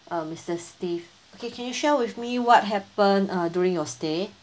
uh mister steve okay can you share with me what happened uh during your stay